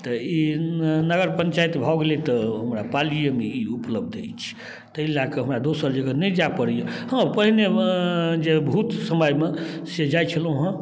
तऽ ई नगर पञ्चायत भऽ गेलै तऽ हमरा पालिये ई उपलब्ध अछि तै लए कऽ हमरा दोसर जगह नहि जाइ पड़ैए हाँ पहिने जे बहुत समयमे से जाइ छलौ हँ